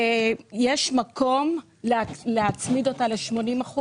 יש מקום להצמיד ל-80%.